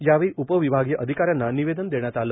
यावेळी उपविभागीय अधिकाऱ्यांना निवेदन देण्यात आलं